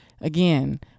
again